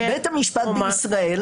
בית המשפט בישראל,